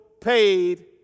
paid